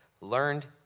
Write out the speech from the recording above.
learned